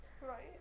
right